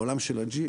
בעולם של ה-G,